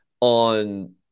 on